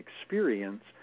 experience